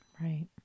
right